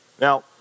Now